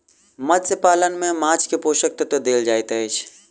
मत्स्य पालन में माँछ के पोषक तत्व देल जाइत अछि